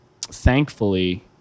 thankfully